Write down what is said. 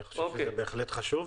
אני חושב שזה בהחלט חשוב,